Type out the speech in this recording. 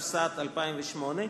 התשס”ט 2008,